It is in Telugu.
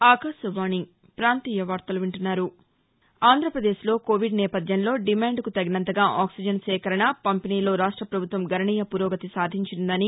ఆంధ్రప్రదేశ్లో కోవిడ్ నేపథ్యంలో డిమాండ్కు తగినంతగా ఆక్సిజన్ సేకరణ పంపిణీలో రాష్ట ప్రభుత్వం గణనీయ పురోగతి సాధించిందని